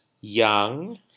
Young